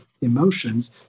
emotions